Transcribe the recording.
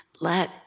let